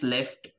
Left